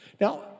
now